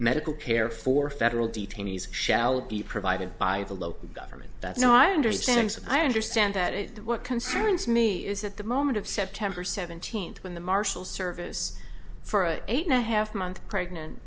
medical care for federal detainees shall be provided by the local government that no i understand i understand that is what concerns me is that the moment of september seventeenth when the marshals service for a eight and a half month pregnant